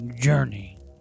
Journey